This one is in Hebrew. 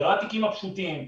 זה לא התיקים הפשוטים.